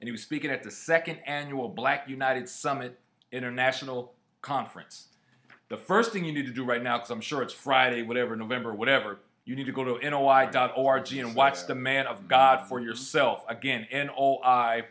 and he was speaking at the second annual black united summit international conference the first thing you need to do right now so i'm sure it's friday whatever november whatever you need to go in a wide margin watch the man of god for yourself again and all